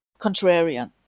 contrarian